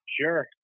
Sure